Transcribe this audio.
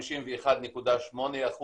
51.8%,